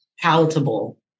palatable